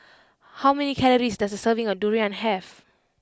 how many calories does a serving of durian have